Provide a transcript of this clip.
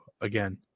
again